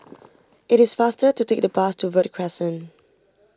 it is faster to take the bus to Verde Crescent